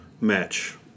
match